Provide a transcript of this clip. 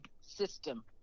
system